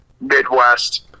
Midwest